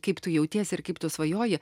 kaip tu jautiesi ir kaip tu svajoji